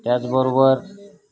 त्याचबरोबर